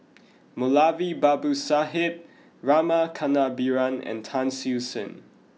Moulavi Babu Sahib Rama Kannabiran and Tan Siew Sin